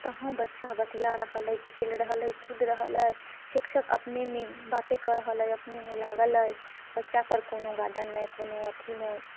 तहाँ बच्चा बतिया रहल अइ खेल रहल अइ कूदि रहल अइ शिक्षक अपनेमे बाते कऽ रहल अइ अपनेमे लागल अइ बच्चा पर कोनो गार्डन नै कोनो अथी नै